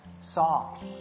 saw